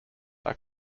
are